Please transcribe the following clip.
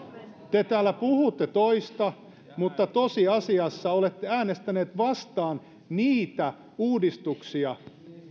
te täällä puhutte toista mutta tosiasiassa olette äänestänyt niitä uudistuksia vastaan